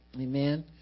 Amen